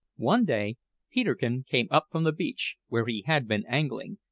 one day peterkin came up from the beach, where he had been angling,